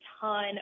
ton